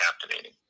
captivating